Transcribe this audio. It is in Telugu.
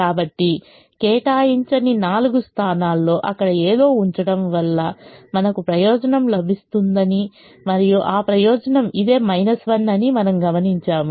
కాబట్టి కేటాయించని 4 స్థానాల్లో ఇక్కడ ఏదో ఉంచడం వల్ల మనకు ప్రయోజనం లభిస్తుందని మరియు ఆ ప్రయోజనం ఇదే 1 అని మనం గమనించాము